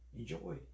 enjoy